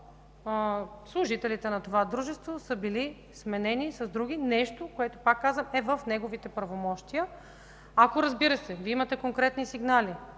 служителите на това дружество, които са били сменени с други – нещо, което, пак казвам, е в неговите правомощия. Ако Вие имате конкретни сигнали